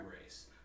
race